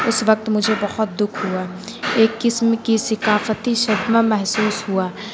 اس وقت مجھے بہت دکھ ہوا ایک قسم کی ثقافتی صدمہ محسوس ہوا